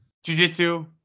Jiu-Jitsu